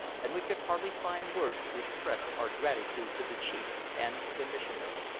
and we could hardly find words to express our gratitude to the chief and to the missionary.